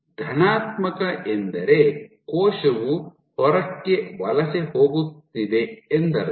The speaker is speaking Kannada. ಧನಾತ್ಮಕ ಎಂದರೆ ಕೋಶವು ಹೊರಕ್ಕೆ ವಲಸೆ ಹೋಗುತ್ತಿದೆ ಎಂದರ್ಥ